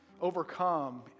overcome